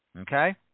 Okay